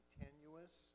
tenuous